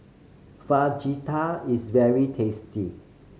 fajita is very tasty